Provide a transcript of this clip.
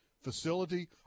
Facility